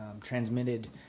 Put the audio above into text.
transmitted